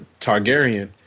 Targaryen